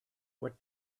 what